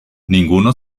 ninguno